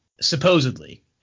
supposedly